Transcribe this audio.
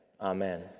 amen